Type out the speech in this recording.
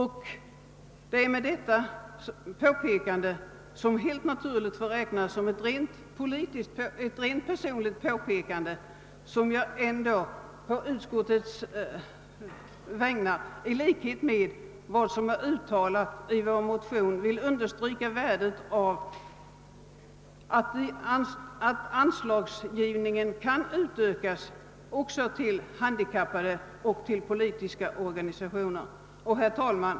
även om detta påpekande helt naturligt får räknas som ett rent personligt påpekande, vill jag på utskottets vägnar i likhet med vad som görs i vår motion understryka värdet av att anslagsgivningen också till handikapporganisationer och till politiska organisationer kan utökas. Herr talman!